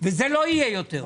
וזה לא יהיה יותר.